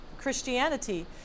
Christianity